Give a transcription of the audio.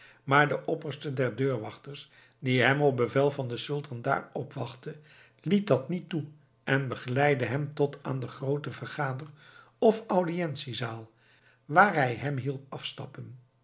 maar de opperste der deurwachters die hem op bevel van den sultan daar opwachtte liet dat niet toe en begeleidde hem tot aan de groote vergader of audiëntie zaal waar hij hem hielp afstappen